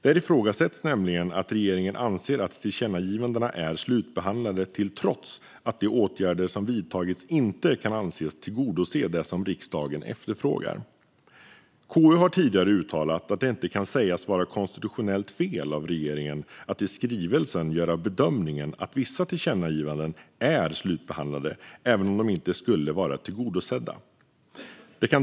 Där ifrågasätts nämligen att regeringen anser att tillkännagivandena är slutbehandlade trots att de åtgärder som vidtagits inte kan anses tillgodose det som riksdagen efterfrågar. KU har tidigare uttalat att det inte kan sägas vara konstitutionellt fel av regeringen att i skrivelsen göra bedömningen att vissa tillkännagivanden är slutbehandlade även om de inte skulle vara tillgodosedda.